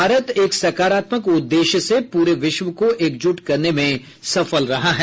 भारत एक सकारात्मक उद्देश्य से पूरे विश्व को एकजुट करने में सफल रहा है